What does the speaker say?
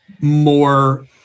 more